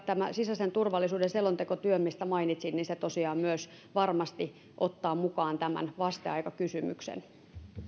tämä sisäisen turvallisuuden selontekotyö mistä mainitsin tosiaan myös varmasti ottaa mukaan tämän vasteaikakysymyksen